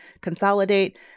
consolidate